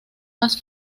más